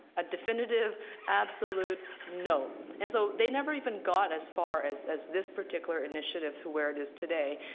a definitive absolute no. and so they never even got as far as as this particular initiative to where it is today.